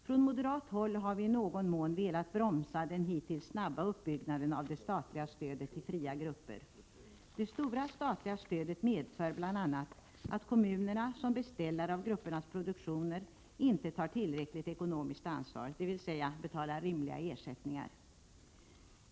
Från moderat håll har vi i någon mån velat bromsa den hittills snabba uppbyggnaden av det statliga stödet till fria grupper. Det stora statliga stödet medför bl.a. att kommunerna som beställare av gruppernas produktioner inte tar tillräckligt ekonomiskt ansvar, dvs. betalar rimliga ersättningar.